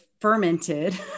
fermented